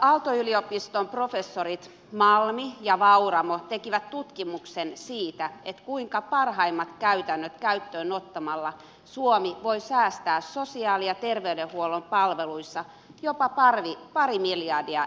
aalto yliopiston professorit malmi ja vauramo tekivät tutkimuksen siitä kuinka parhaimmat käytännöt käyttöön ottamalla suomi voi säästää sosiaali ja terveydenhuollon palveluissa jopa pari miljardia euroa